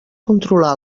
controlar